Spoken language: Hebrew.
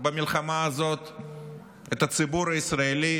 את הציבור הישראלי